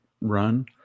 run